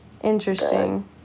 interesting